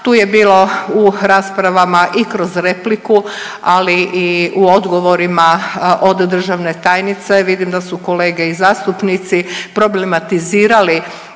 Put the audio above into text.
Tu je bilo u rasprava i kroz repliku, ali i u odgovorima od državne tajnice vidim da su kolege i zastupnici problematizirali